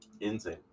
Insane